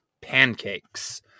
Pancakes